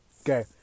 okay